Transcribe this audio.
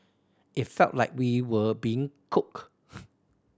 it felt like we were being cooked